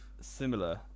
similar